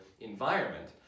environment